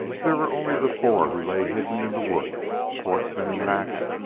there were only the four who lay hidden in the woods schwartzmann and max,